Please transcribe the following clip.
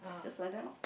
just like that lor